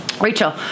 Rachel